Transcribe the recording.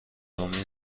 امین